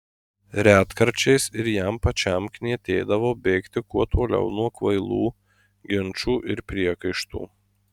retkarčiais ir jam pačiam knietėdavo bėgti kuo toliau nuo kvailų ginčų ir priekaištų